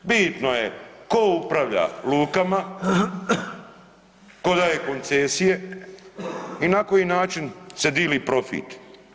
Bitno je tko upravlja lukama, tko daje koncesije i na koji način se dili profit.